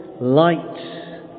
light